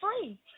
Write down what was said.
free